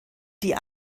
die